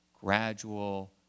gradual